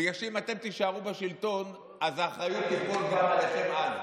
בגלל שאם אתם תישארו בשלטון אז האחריות תיפול עליכם גם אז.